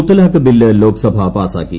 മുത്തലാഖ് bill Lok Sabha പാസാക്ട്ടി